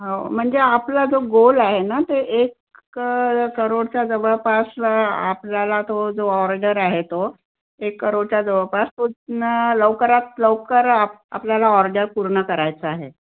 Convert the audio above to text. हो म्हणजे आपला जो गोल आहे ना ते एक करोडच्या जवळपास आपल्याला तो जो ऑर्डर आहे तो एक करोडच्या जळपास तो न लवकरात लवकर आप आपल्याला ऑर्डर पूर्ण करायचं आहे